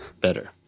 better